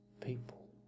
people